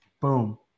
boom